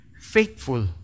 faithful